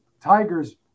Tigers